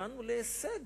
הגענו להישג